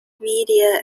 midair